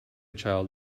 child